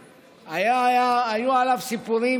היו עליו סיפורים,